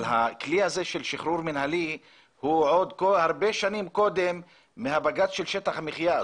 אבל הכלי הזה של שחרור מינהלי הוא הרבה שנים קודם מהבג"ץ של שטח המחיה,